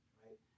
right